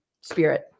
spirit